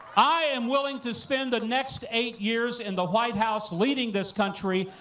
i am willing to spend the next eight years in the white house leading this country,